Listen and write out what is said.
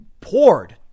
poured